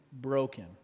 broken